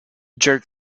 joe